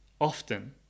often